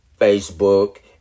Facebook